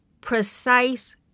precise